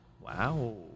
Wow